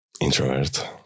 Introvert